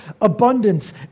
abundance